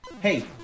Hey